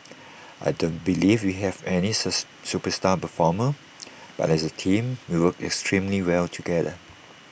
I don't believe we have any superstar performer but as A team we work extremely well together